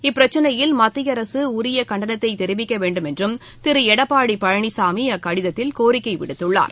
இப்பிரச்சினையில் மத்திய அரசு உரிய கண்டனத்தை தெரிவிக்க வேண்டும் என்றும் திரு எடப்பாடி பழனிசாமி அக்கடித்தில் கோரிக்கை விடுத்துள்ளார்